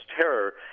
terror